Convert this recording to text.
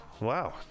wow